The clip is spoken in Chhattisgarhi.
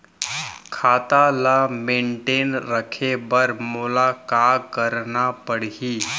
खाता ल मेनटेन रखे बर मोला का करना पड़ही?